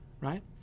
right